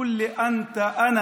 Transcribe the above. בכל "אתה"